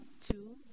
two